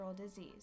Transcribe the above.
disease